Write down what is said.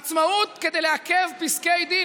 עצמאות כדי לעכב פסקי דין,